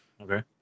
Okay